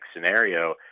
scenario